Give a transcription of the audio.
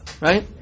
right